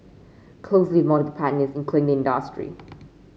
closely multiple partners including industry